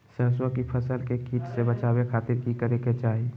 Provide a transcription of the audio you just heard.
सरसों की फसल के कीट से बचावे खातिर की करे के चाही?